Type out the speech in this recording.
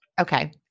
Okay